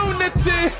Unity